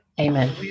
Amen